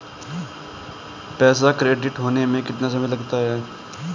पैसा क्रेडिट होने में कितना समय लगता है?